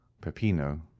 peppino